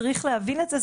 צריך להבין את זה,